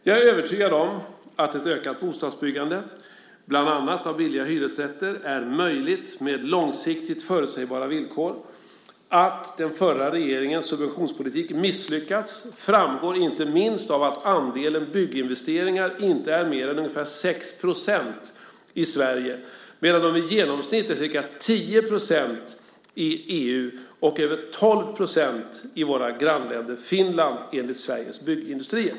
Jag är övertygad om att ett ökat bostadsbyggande, bland annat av billiga hyresrätter, är möjligt med långsiktigt förutsägbara villkor. Att den förra regeringens subventionspolitik misslyckats framgår inte minst av att andelen bygginvesteringar inte är mer än ungefär 6 % i Sverige medan de i genomsnitt är ca 10 % i EU och över 12 % i vårt grannland Finland enligt Sveriges Byggindustrier.